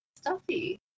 stuffy